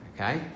Okay